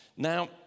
Now